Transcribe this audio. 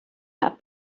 had